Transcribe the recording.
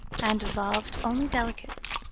and lov'd only delicates,